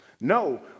No